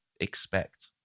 expect